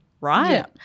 right